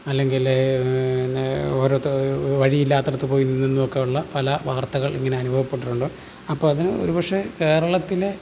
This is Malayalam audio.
അല്ലെങ്കില് ഓരോരുത്തര് വഴിയില്ലാത്തിടത്ത് പോയി നിന്നുമൊക്കെയുള്ള പല വാർത്തകൾ ഇങ്ങനെ അനുഭവപ്പെട്ടിട്ടുണ്ട് അപ്പോള് അതിന് ഒരുപക്ഷെ കേരളത്തിലെ